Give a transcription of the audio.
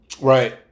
Right